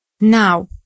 now